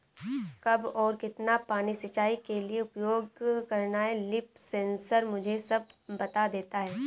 कब और कितना पानी सिंचाई के लिए उपयोग करना है लीफ सेंसर मुझे सब बता देता है